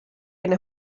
ein